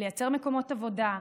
לייצר מקומות עבודה,